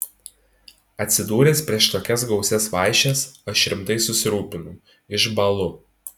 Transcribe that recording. atsidūręs prieš tokias gausias vaišes aš rimtai susirūpinu išbąlu